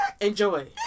enjoy